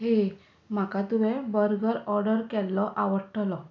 हेय म्हाका तुवें बर्गर ऑर्डर केल्लो आवडटलो